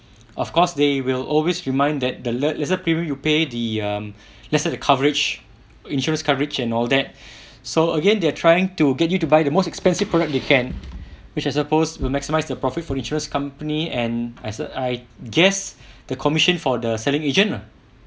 of course they will always remind that the less lesser premium you pay the um lesser the coverage insurance coverage and all that so again they're trying to get you to buy the most expensive product they can which I supposed will maximise their profit for insurance company and as uh I guess the commission for the selling agent lah